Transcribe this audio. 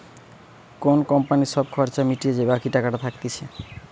কোন কোম্পানির সব খরচা মিটিয়ে যে বাকি টাকাটা থাকতিছে